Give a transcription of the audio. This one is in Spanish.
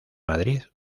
madrid